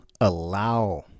allow